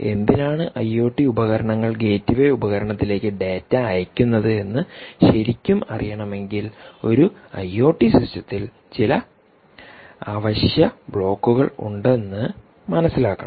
എന്തിനാണ് ഐഒടി ഉപകരണങ്ങൾ ഗേറ്റ്വേ ഉപകരണത്തിലേയ്ക്ക് ഡാറ്റ അയക്കുന്നത് എന്ന് ശരിക്കും അറിയണമെങ്കിൽ ഒരു ഐഒടി സിസ്റ്റത്തിൽ ചില അവശ്യ ബ്ലോക്കുകൾ ഉണ്ടെന്ന് മനസ്സിലാക്കണം